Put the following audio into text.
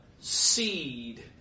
seed